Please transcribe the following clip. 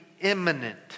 imminent